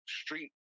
street